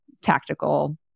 tactical